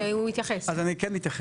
אנו מזמן במגעים איתן והיום כל התהליך